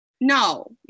No